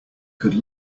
could